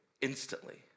instantly